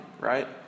Right